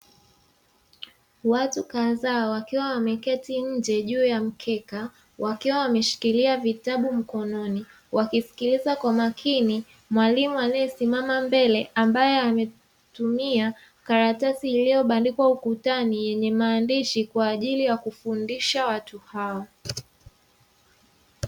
Watu kadhaa wakiwa wameketi nje juu ya mkeka, wakiwa wameshikilia vitabu mkononi, wakisikiliza kwa makini mwalimu aliyesimama mbele ambaye ametumia karatasi iliyobandikwa ukutani, yenye maandishi kwa ajili ya kufundisha watu hawa.